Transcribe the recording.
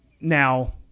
Now